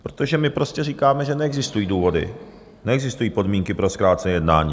Protože my prostě říkáme, že neexistují důvody, neexistují podmínky pro zkrácené jednání.